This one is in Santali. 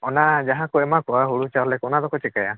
ᱚᱱᱟ ᱡᱟᱦᱟᱸ ᱠᱚ ᱮᱢᱟ ᱠᱚᱣᱟ ᱦᱩᱲᱩ ᱪᱟᱣᱞᱮ ᱠᱚ ᱚᱱᱟ ᱫᱚᱯᱮ ᱪᱤᱠᱟᱹᱭᱟ